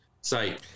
Say